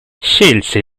scelse